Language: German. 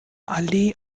allee